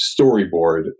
storyboard